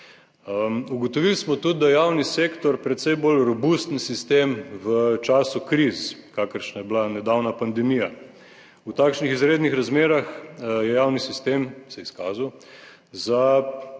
Ugotovili smo tudi, da javni sektor precej bolj robusten sistem v času kriz, kakršna je bila nedavna pandemija. V takšnih izrednih razmerah je, javni sistem se je izkazal za